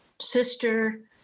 sister